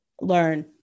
learn